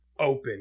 open